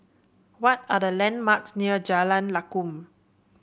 what are the landmarks near Jalan Lakum